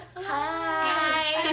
hi